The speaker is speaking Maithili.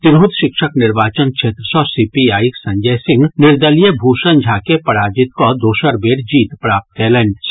तिरहुत शिक्षक निर्वाचन क्षेत्र सॅ सीपीआईक संजय सिंह निर्दलीय भूषण झा के पराजित कऽ दोसर बेर जीत प्राप्त कयलनि अछि